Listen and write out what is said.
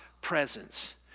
presence